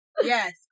Yes